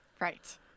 Right